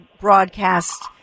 broadcast